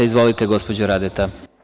Izvolite gospođo Radeta.